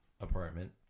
apartment